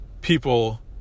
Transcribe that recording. people